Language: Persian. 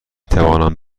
توانم